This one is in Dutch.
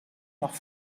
nog